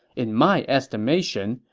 in my estimation,